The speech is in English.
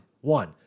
one